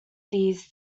these